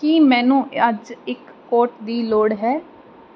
ਕੀ ਮੈਨੂੰ ਅੱਜ ਇੱਕ ਕੋਟ ਦੀ ਲੋੜ ਹੈ